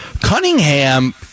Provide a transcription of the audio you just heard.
Cunningham